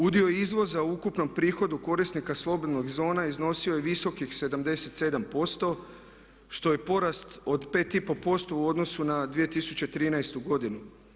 Udio izvoza u ukupnom prihodu korisnika slobodnih zona iznosio je visokih 77% što je porast od 5,5% u odnosu na 2013. godinu.